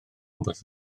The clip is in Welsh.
wrth